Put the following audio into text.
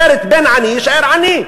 אחרת, בן עני יישאר עני.